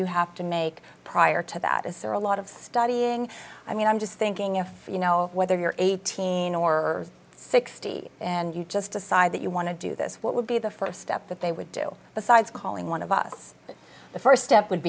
you have to make prior to that is there a lot of studying i mean i'm just thinking if you know whether you're eighteen or sixty and you just decide that you want to do this what would be the first step that they would do besides calling one of us the first step would